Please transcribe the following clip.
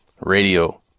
radio